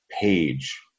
page